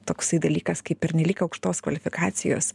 toksai dalykas kaip pernelyg aukštos kvalifikacijos